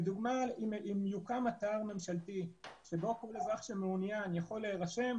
לדוגמה: אם יוקם אתר ממשלתי שבו כל אזרח שמעוניין יכול להירשם,